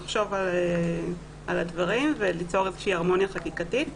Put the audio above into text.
לחשוב על הדברים וליצור איזושהי הרמוניה חקיקתית.